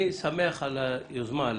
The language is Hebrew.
אני שמח על היוזמה,